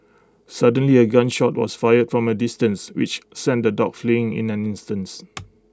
suddenly A gun shot was fired from A distance which sent the dogs fleeing in an instance